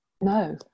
no